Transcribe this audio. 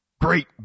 great